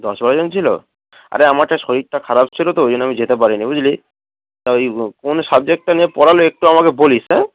দশ বারোজন ছিলো আরে আমারটা শরীরটা খারাপ ছিলো তো ওই জন্য আমি যেতে পারিনি বুঝলি ওই কোনো সাবজেক্টটা নিয়ে পড়ালে একটু আমাকে বলিস হ্যাঁ